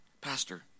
pastor